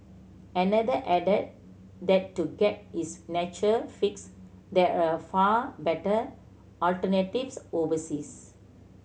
another added that to get his nature fix there are far better alternatives overseas